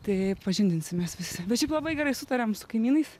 tai pažindinsimės visi bet šiaip labai gerai sutariam su kaimynais